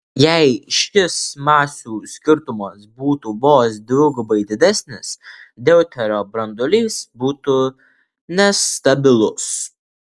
jei šis masių skirtumas būtų vos dvigubai didesnis deuterio branduolys būtų nestabilus